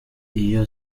iyo